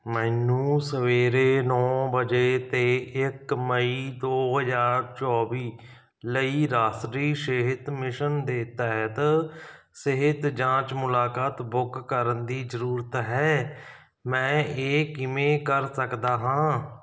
ਮੈਨੂੰ ਸਵੇਰੇ ਨੌਂ ਵਜੇ 'ਤੇ ਇੱਕ ਮਈ ਦੋ ਹਜ਼ਾਰ ਚੌਵੀ ਲਈ ਰਾਸ਼ਟਰੀ ਸਿਹਤ ਮਿਸ਼ਨ ਦੇ ਤਹਿਤ ਸਿਹਤ ਜਾਂਚ ਮੁਲਾਕਾਤ ਬੁੱਕ ਕਰਨ ਦੀ ਜ਼ਰੂਰਤ ਹੈ ਮੈਂ ਇਹ ਕਿਵੇਂ ਕਰ ਸਕਦਾ ਹਾਂ